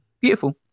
beautiful